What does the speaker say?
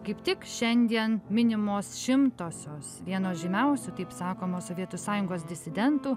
kaip tik šiandien minimos šimtosios vieno žymiausių taip sakoma sovietų sąjungos disidentų